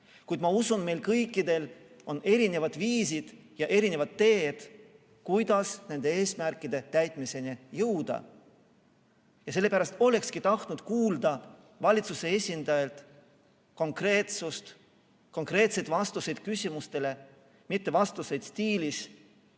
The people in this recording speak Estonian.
Kuid ma usun, et meil kõikidel on erinevad viisid ja erinevad teed, kuidas nende eesmärkide täitmiseni jõuda. Sellepärast olekski tahtnud kuulda valitsuse esindajalt konkreetsust, konkreetseid vastuseid küsimustele, mitte vastuseid stiilis